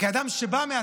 כאדם שבא,